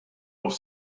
auf